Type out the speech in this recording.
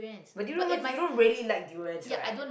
but do you even you don't really like durians right